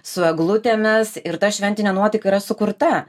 su eglutėmis ir ta šventinė nuotaika yra sukurta